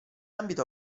ambito